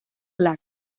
clark